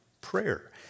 prayer